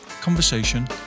conversation